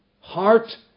heart